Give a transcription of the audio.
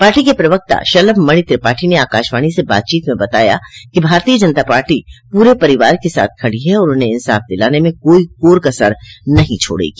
party के प्रवक्ता शलभमणि त्रिपाठी ने आकाशवाणी से बातचीत में बताया कि भारतीय जनता पार्टी पूरे परिवार के साथ खड़ी है और उन्हें इंसाफ दिलाने में कोई कोर कसर नहीं छोड़ेगी